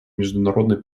международной